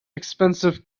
expensive